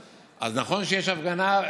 אז נכון שיש שביתה,